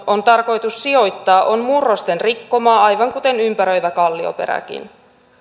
on tarkoitus sijoittaa on murrosten rikkomaa aivan kuten ympäröivä kallioperäkin